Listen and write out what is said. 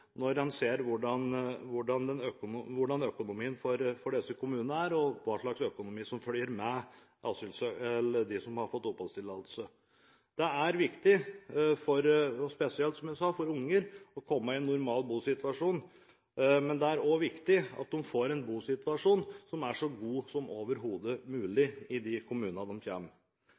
når en ser hvordan økonomien for disse kommunene er, og hva slags økonomi som følger med dem som har fått oppholdstillatelse. Det er viktig spesielt, som jeg sa, for barn å komme i en normal bosituasjon, men det er også viktig at de får en bosituasjon som er så god som overhodet mulig i de kommunene de kommer til. Det har også vært mye prat om barns beste og hva som